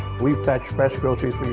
we fetch fresh groceries